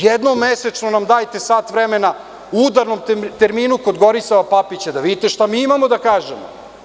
Jednom mesečno nam dajte sat vremena u udarnom terminu kod Gorislava Papića da vidite šta mi imamo da kažemo.